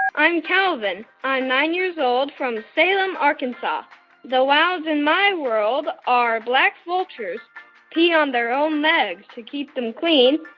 i'm calvin. i'm nine years old from salem, ark. and but the wows in my world are black vultures pee on their own legs to keep them clean.